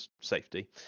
safety